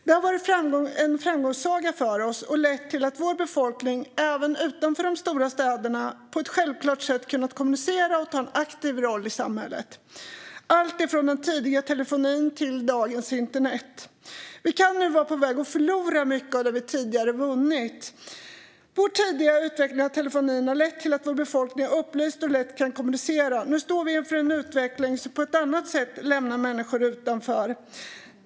Det har varit en framgångssaga för oss och har lett till att vår befolkning även utanför de stora städerna på ett självklart sätt kunnat kommunicera och ta en aktiv roll i samhället, alltifrån den tidiga telefonin till dagens internet. Vi kan nu vara på väg att förlora mycket av det vi tidigare vunnit. Vår tidiga utveckling av telefonin har lett till att vår befolkning är upplyst och lätt kan kommunicera. Nu står vi inför en utveckling som på ett annat sätt lämnar människor utanför.